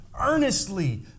earnestly